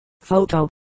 Photo